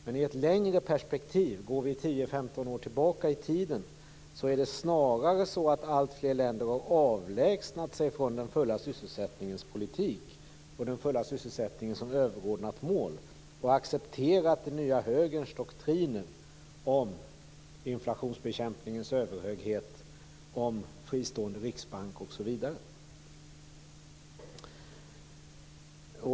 Men i ett längre perspektiv - 10-15 år tillbaka i tiden - har snarare alltfler länder avlägsnat sig från den fulla sysselsättningens politik och den fulla sysselsättningen som överordnat mål. Man har accepterat den nya högerns doktrin om inflationsbekämpningens överhöghet, om fristående riksbank osv.